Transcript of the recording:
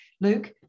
Luke